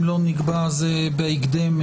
אם לא, נקבע דיון בהקדם.